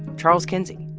charles kinsey,